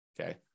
okay